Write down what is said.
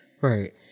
right